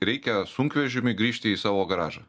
reikia sunkvežimiui grįžti į savo garažą